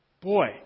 boy